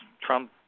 Trump